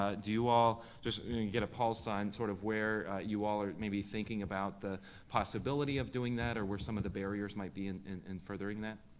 ah do you all, just you get a pause sign, sort of where you all are maybe thinking about the possibility of doing that, or what some of the barriers might be in in furthering that?